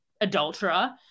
adulterer